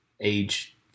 age